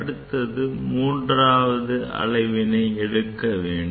அடுத்து மூன்றாவது அளவினை எடுக்கவேண்டும்